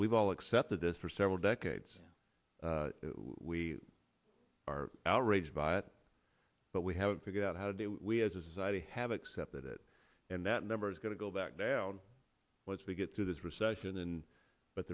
we've all accepted this for several decades we are outraged by it but we haven't figured out how do we as a society have accepted it and that number is going to go back down once we get through this recession and but